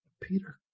Peter